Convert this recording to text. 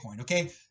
okay